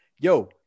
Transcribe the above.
Yo